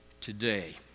today